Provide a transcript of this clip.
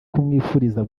kumwifuriza